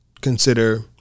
consider